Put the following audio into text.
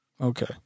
Okay